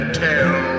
tell